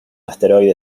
asteroide